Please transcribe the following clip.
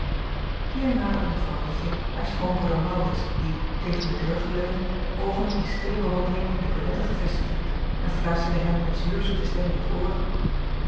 ier naderde w ietje haar schoonbroeder aurits die tegen de deur geleund de oogen in stille bewondering op icolette gevestigd hield en fluisterde hem met zuurzoete stem in het oor